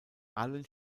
allen